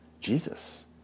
Jesus